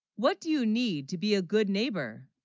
what do you need, to be a good neighbour